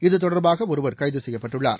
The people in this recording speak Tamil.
இது தொடர்பாக ஒருவர் கைது செய்யப்பட்டுள்ளார்